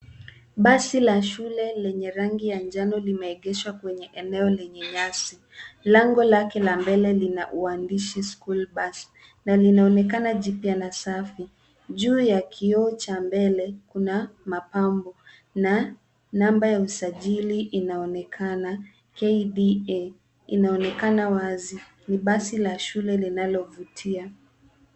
Basi la shule lenye rangi ya njano limeegeshwa kwenye eneo lenye nyasi. Lango lake la mbele lina uandishi school bus na linaonekana jipya na safi. Juu ya kioo cha mbele kuna mapambo na namba ya usajili inaonekana KDA inaonekana wazi. Ni basi la shule linalovutia.